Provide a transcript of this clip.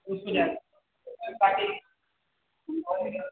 उसको जे पार्टी